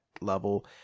level